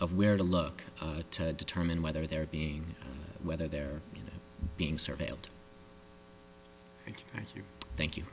of where to look to determine whether they're being whether they're being surveilled thank you